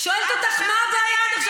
שואלת אותך: מה הבעיה עד עכשיו?